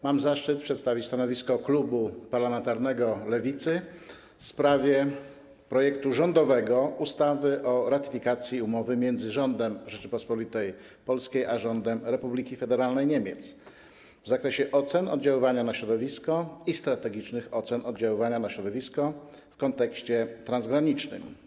Mam zaszczyt przedstawić stanowisko klubu parlamentarnego Lewicy w sprawie rządowego projektu ustawy o ratyfikacji umowy między rządem Rzeczypospolitej Polskiej a rządem Republiki Federalnej Niemiec w zakresie ocen oddziaływania na środowisko i strategicznych ocen oddziaływania na środowisko w kontekście transgranicznym.